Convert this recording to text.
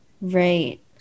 Right